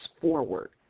forward